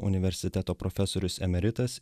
universiteto profesorius emeritas